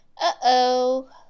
Uh-oh